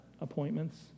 appointments